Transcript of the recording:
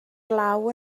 glaw